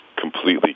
completely